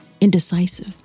indecisive